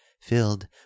filled